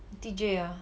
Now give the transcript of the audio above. auntie jay ah